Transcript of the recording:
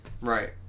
right